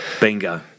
Bingo